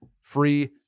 free